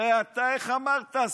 הרי איך אמרת?